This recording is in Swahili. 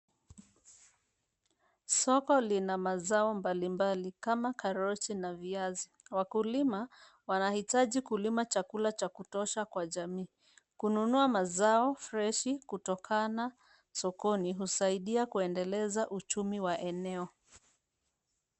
Soko lina mazao mbalimbali kama karoti na viazi. Wakulima wanahitaji kulima chakula cha kutosha kwa jamii. Kununua mazao freshi kutokana sokoni husaidia kuendeleza uchumi wa eneo.